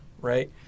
right